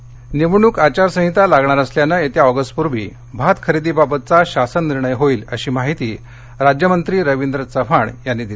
सिंधुदर्य निवडणुकांची आचारसंहिता लागणार असल्याने येत्या ऑगस्ट पूर्वी भात खरेदीबाबतचा शासन निर्णय होईल अशी माहिती राज्यमंत्री रवींद्र चव्हाण यांनी दिली